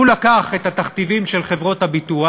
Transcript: הוא לקח את התכתיבים של חברות הביטוח,